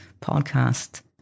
podcast